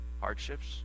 hardships